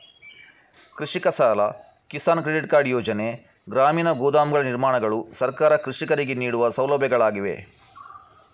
ಕೃಷಿಕ ಸಾಲ, Kisan credit card ಯೋಜನೆ, ಗ್ರಾಮೀಣ ಗೋದಾಮುಗಳ ನಿರ್ಮಾಣಗಳು ಸರ್ಕಾರ ಕೃಷಿಕರಿಗೆ ನೀಡುವ ಸೌಲಭ್ಯಗಳಾಗಿವೆ